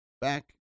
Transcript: back